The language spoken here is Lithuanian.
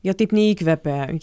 jie taip neįkvepia